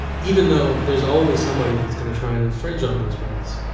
even though there's always somebody that's going to try and infringe on those rights.